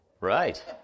Right